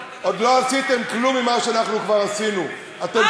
בטח לא מה זה התיישבות וציונות ומה זה להיות לוחם.